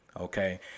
Okay